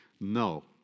No